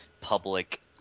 public